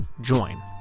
join